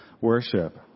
worship